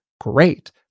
Great